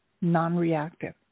non-reactive